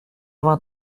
vingt